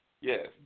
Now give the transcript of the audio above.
Yes